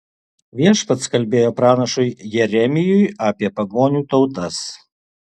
viešpats kalbėjo pranašui jeremijui apie pagonių tautas